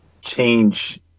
change